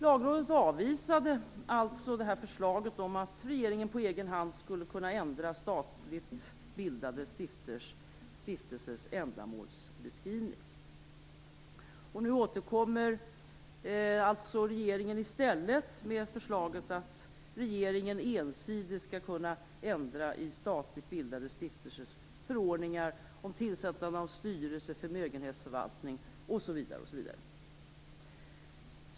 Lagrådet avvisade alltså förslaget om att regeringen på egen hand skulle kunna ändra statligt bildade stiftelsers ändamålsbeskrivning. Nu återkommer regeringen i stället med förslaget att regeringen ensidigt skall kunna ändra i statligt bildade stiftelsers förordningar om tillsättande av styrelse, förmögenhetsförvaltning, osv.